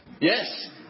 Yes